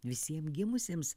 visiem gimusiems